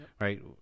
right